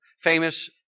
famous